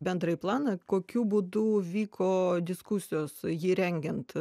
bendrąjį planą kokiu būdu vyko diskusijos jį rengiant